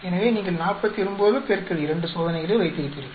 எனவே நீங்கள் 49 X 2 சோதனைகளை வைத்த்திருப்பீர்கள்